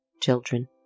Children